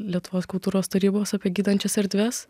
lietuvos kultūros tarybos apie gydančias erdves